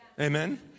Amen